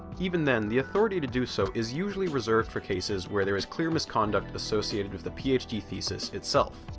even then the authority to do so is usually reserved for cases where there is clear misconduct associated with the ph d thesis itself,